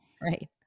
Right